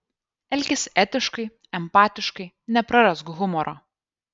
elkis etiškai empatiškai neprarask humoro